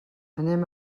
anem